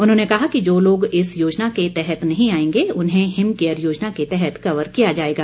उन्होंने कहा कि जो लोग इस योजना के तहत नहीं आएंगे उन्हें हिम केयर योजना के तहत कवर किया जाएगा